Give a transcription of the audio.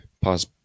Pause